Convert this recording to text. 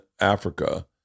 Africa